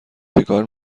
چکار